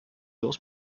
los